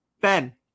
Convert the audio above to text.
Ben